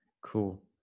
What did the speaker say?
Cool